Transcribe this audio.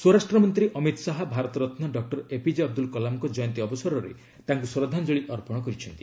ସ୍ୱରାଷ୍ଟ୍ରମନ୍ତ୍ରୀ Amit Shah Bharat Ratna doctor APJ Abdul କଲାମଙ୍କ ଜୟନ୍ତୀ ଅବସରରେ ତାଙ୍କୁ ଶ୍ରଦ୍ଧାଞ୍ଚଳି ଅର୍ପଣ କରିଛନ୍ତି